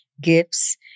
gifts